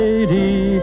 Lady